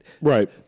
Right